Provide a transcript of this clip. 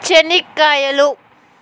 చెనిక్కాయలు